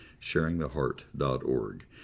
Sharingtheheart.org